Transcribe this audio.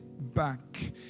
back